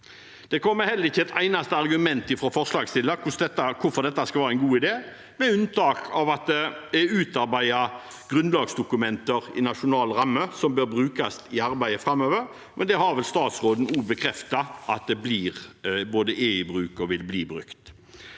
Det kommer heller ikke et eneste argument fra forslagsstillerne for hvorfor dette skal være en god idé, med unntak av at det er utarbeidet grunnlagsdokumenter i nasjonal ramme som bør brukes i arbeidet framover, men det har vel statsråden også bekreftet at både er i bruk og vil bli brukt.